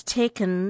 taken